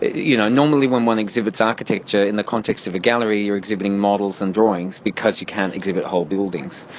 you know, normally when one exhibits architecture in the context of a gallery you are exhibiting models and drawings because you can't exhibit whole buildings.